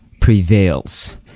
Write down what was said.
prevails